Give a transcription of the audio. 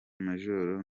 major